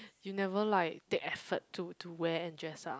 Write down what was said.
you never like take effort to to wear and dress up